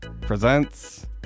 Presents